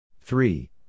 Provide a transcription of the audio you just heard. three